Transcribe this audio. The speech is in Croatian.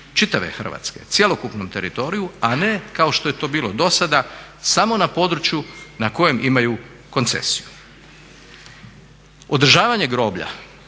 čitave Hrvatske, cjelokupnom teritoriju, a ne kao što je to bilo do sada samo na području na kojem imaju koncesiju. Održavanje groblja,